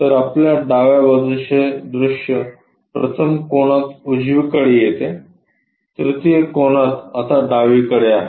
तर आपल्या डाव्या बाजूचे दृश्य प्रथम कोनात उजवीकडे येते तृतीय कोनात आता डावीकडे आहे